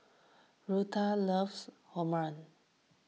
Rutha loves Omurice